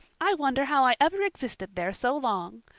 i wonder how i ever existed there so long.